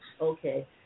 okay